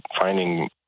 finding